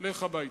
לך הביתה.